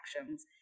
actions